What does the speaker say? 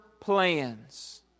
plans